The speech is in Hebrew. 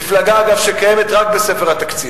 מפלגה שקיימת רק בספר התקציב.